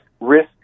risk